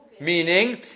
meaning